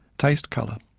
taste colour,